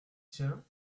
tiens